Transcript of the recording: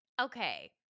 Okay